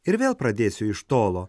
ir vėl pradėsiu iš tolo